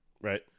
Right